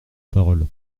parole